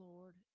Lord